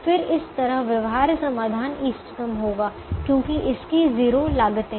फिर इस तरह व्यवहार्य समाधान इष्टतम होगा क्योंकि इसकी 0 लागतें हैं